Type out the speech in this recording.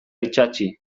itsatsi